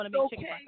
Okay